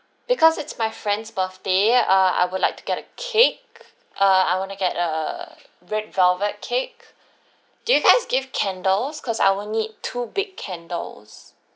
because it's my friend's birthday err I would like to get a cake err I want to get a red velvet cake do you guys give candles cause I will need two big candles